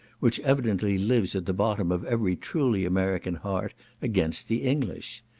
which evidently lives at the bottom of every truly american heart against the english.